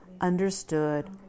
understood